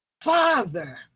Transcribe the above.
Father